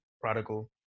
prodigal